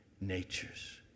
natures